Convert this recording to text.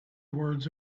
words